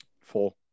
Four